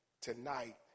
tonight